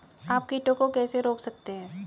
आप कीटों को कैसे रोक सकते हैं?